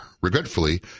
Regretfully